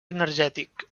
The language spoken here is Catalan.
energètic